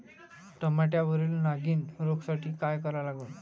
टमाट्यावरील नागीण रोगसाठी काय करा लागन?